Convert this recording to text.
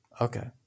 Okay